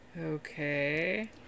Okay